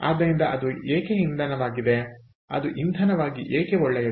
ಆದ್ದರಿಂದ ಅದು ಏಕೆ ಇಂಧನವಾಗಿದೆ ಅದು ಇಂಧನವಾಗಿ ಏಕೆ ಒಳ್ಳೆಯದು